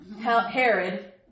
Herod